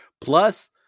Plus